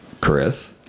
Chris